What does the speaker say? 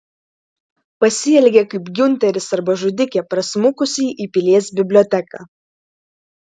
pasielgė kaip giunteris arba žudikė prasmukusi į pilies biblioteką